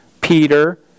Peter